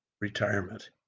retirement